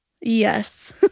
Yes